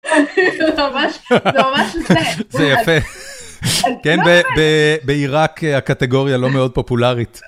זה ממש, זה ממש זה. זה יפה. כן, בעיראק, הקטגוריה לא מאוד פופולרית.